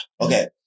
okay